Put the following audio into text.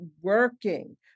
working